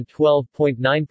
12.9%